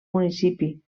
municipi